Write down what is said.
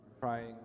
trying